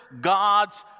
God's